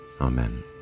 Amen